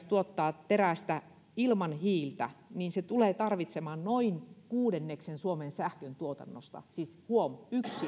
tuottaa terästä ilman hiiltä se tulee tarvitsemaan noin kuudenneksen suomen sähköntuotannosta siis huom yksi